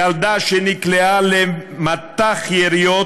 ילדה שנקלעה למטח יריות